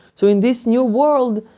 so in this new world,